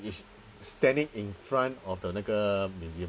it's standing in front of the 那个 museum